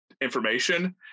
information